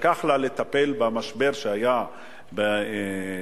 לקח לה לטפל במשבר שהיה במקסיקו,